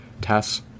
tests